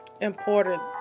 important